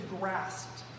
grasped